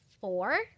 four